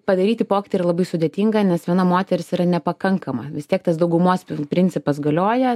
padaryti pokytį yra labai sudėtinga nes viena moteris yra nepakankama vis tiek tas daugumos principas galioja